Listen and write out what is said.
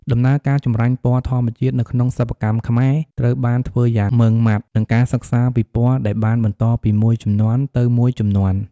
ដំណើរការចម្រាញ់ពណ៌ធម្មជាតិនៅក្នុងសិប្បកម្មខ្មែរ ត្រូវការធ្វើយ៉ាងម៉ឺងម៉ាត់ និងការសិក្សាពីពណ៌ដែលបានបន្តពីមួយជំនាន់ទៅមួយជំនាន់។